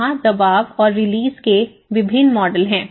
यहां दबाव और रिलीज के विभिन्न मॉडल हैं